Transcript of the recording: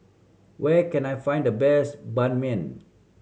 where can I find the best Ban Mian